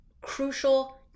crucial